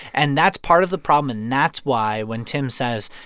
and that's part of the problem, and that's why when tim says,